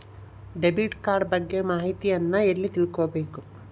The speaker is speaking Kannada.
ಡೆಬಿಟ್ ಕಾರ್ಡ್ ಬಗ್ಗೆ ಮಾಹಿತಿಯನ್ನ ಎಲ್ಲಿ ತಿಳ್ಕೊಬೇಕು?